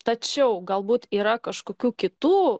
tačiau galbūt yra kažkokių kitų